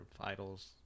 idols